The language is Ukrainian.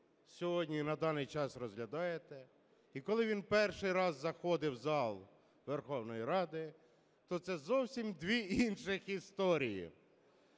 сьогодні і на даний час розглядаєте, і коли він перший раз заходив в зал Верховної Ради, то це зовсім дві інших історії.